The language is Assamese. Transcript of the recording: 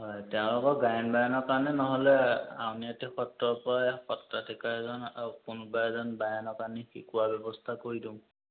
হয় তেওঁলোকৰ গায়ন বায়নৰ কাৰণে নহ'লে আউনিআটি সত্ৰৰ পৰা সত্ৰাধিকাৰ এজন আৰু কোনোবা এজন বায়নক আনি শিকোৱা ব্যৱস্থা কৰি দিওঁ